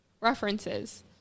references